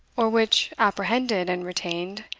or which, apprehended and retained,